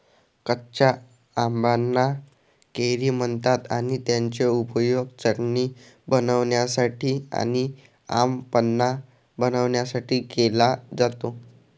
कच्या आंबाना कैरी म्हणतात आणि त्याचा उपयोग चटणी बनवण्यासाठी आणी आम पन्हा बनवण्यासाठी केला जातो